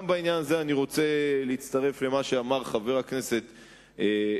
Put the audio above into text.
גם בעניין הזה אני רוצה להצטרף למה שאמר חבר הכנסת פינס.